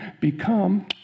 become